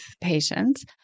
patients